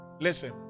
Listen